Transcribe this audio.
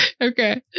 Okay